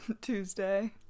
Tuesday